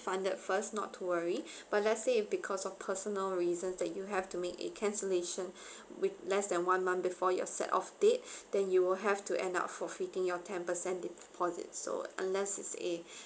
~funded first not to worry but let's say if because of personal reasons that you have to make a cancellation with less than one month before your set off date then you will have to end up forfeiting your ten percent deposit so unless is a